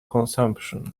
consumption